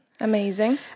Amazing